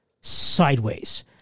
sideways